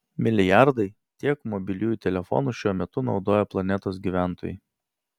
milijardai tiek mobiliųjų telefonų šiuo metu naudoja planetos gyventojai